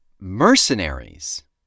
Mercenaries